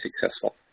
successful